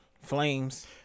flames